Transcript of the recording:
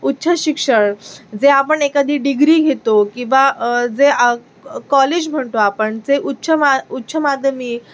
उच्च शिक्षण जे आपण एखादी डिग्री घेतो किंवा जे कॉलेज म्हणतो आपण ते उच्च मा उच्च माध्यमिक